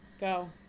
Go